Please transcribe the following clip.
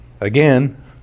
Again